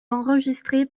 enregistré